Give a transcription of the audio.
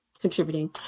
contributing